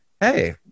Hey